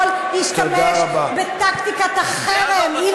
יכול להשתמש בטקטיקת החרם, תודה רבה.